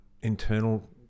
internal